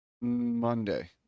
Monday